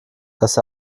dass